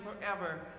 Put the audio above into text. forever